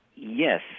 Yes